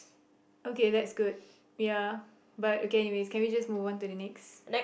okay that's good ya but okay anyways can we just move on to the next